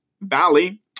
Valley